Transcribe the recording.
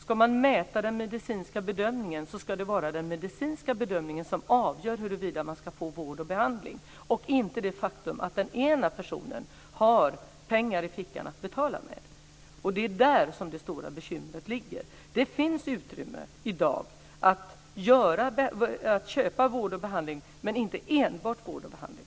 ska man göra den medicinska bedömningen. Det ska vara den medicinska bedömningen som avgör huruvida man ska få vård och behandling och inte det faktum att den ena personen har pengar i fickan att betala med. Det är där det stora bekymret ligger. Det finns i dag utrymme att köpa vård och behandling, men inte enbart vård och behandling.